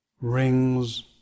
rings